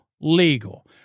legal